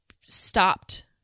stopped